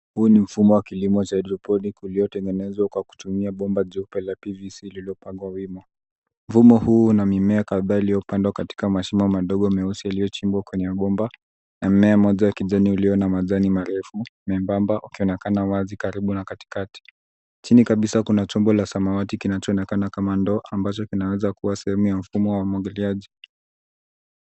Huu ni mfumo wa kilimo cha haidroponiki uliotengenezwa kwa kutumia bomba jeupe la PVC lilopangwa wima. Mfumo huu una mimea kadhaa yaliyo pandwa katika mashimo madogo meusi yaliyochimbwa kwenye bomba na mmea mmoja wa kijani ulio na majani marefu membamba ukionekana wazi karibu na katikati. Chini kabisa kuna chombo la samawati kinachoonekana kama ndoo ambacho kina weza kuwa sehemu ya mfumo wa umwagiliaji.